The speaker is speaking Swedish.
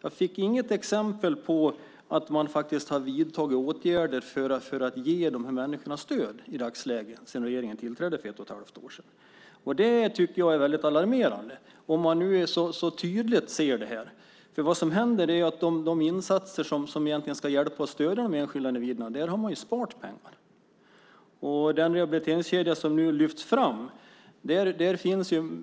Jag fick inget exempel på åtgärder som har vidtagits för att ge de här människorna stöd sedan regeringen tillträdde för ett och ett halvt år sedan. Det tycker jag är alarmerande om man nu så tydligt ser det här. Vad som hänt är att man har sparat pengar när det gäller de insatser som egentligen ska hjälpa och stödja de enskilda individerna. För den rehabiliteringskedja som nu lyfts fram